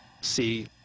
see